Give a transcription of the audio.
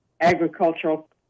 Agricultural